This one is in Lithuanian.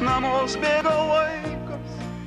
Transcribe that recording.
namus bėga laikas